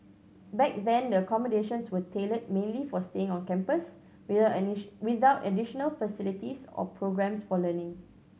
back then the accommodations were tailored mainly for staying on campus with without additional facilities or programmes for learning